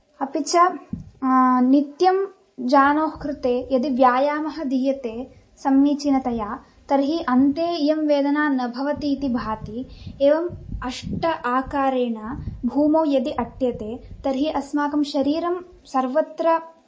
अपि च नित्यं जानुः कृते यदि व्यायामः दीयते समीचिनतया तर्हि अन्ते इयं वेदना न भवति इति भाति एवम् अष्टाकारेण भूमौ यदि अट्यते तर्हि अस्माकं शीररं सर्वत्र